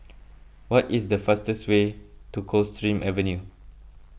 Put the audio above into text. what is the fastest way to Coldstream Avenue